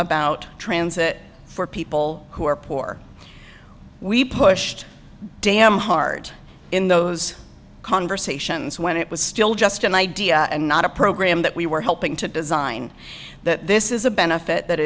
about transit for people who are poor we pushed damn hard in those conversations when it was still just an idea and not a program that we were helping to design that this is a benefit that